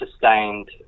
sustained